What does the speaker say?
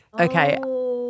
Okay